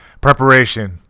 Preparation